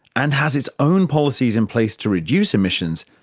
and has its own policies in place to reduce emissions,